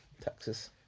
Texas